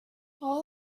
all